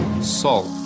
salt